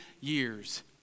years